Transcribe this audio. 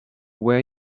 where